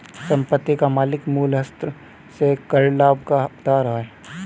संपत्ति का मालिक मूल्यह्रास से कर लाभ का हकदार है